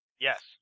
yes